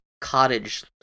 cottage